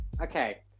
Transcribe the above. okay